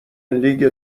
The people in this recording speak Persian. لیگ